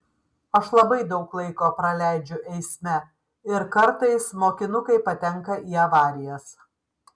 aš labai daug laiko praleidžiu eisme ir kartais mokinukai patenka į avarijas